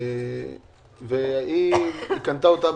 היא קנתה אותה